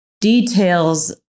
details